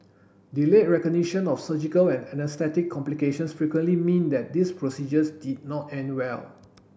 delayed recognition of surgical and anaesthetic complications frequently mean that these procedures did not end well